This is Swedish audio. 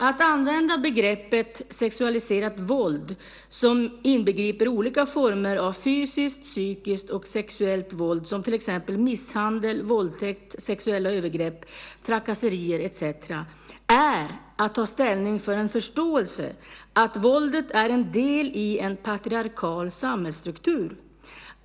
Att använda begreppet sexualiserat våld - som inbegriper olika former av fysiskt, psykiskt och sexuellt våld, till exempel misshandel, våldtäkt, sexuella övergrepp, trakasserier - är att ta ställning för en förståelse att våldet är en del i en patriarkal samhällsstruktur.